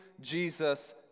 Jesus